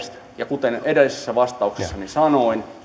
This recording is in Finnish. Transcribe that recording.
ja kuten edellisessä vastauksessani sanoin